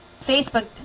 Facebook